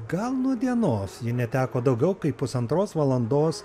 gal nūdienos ji neteko daugiau kaip pusantros valandos